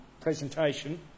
presentation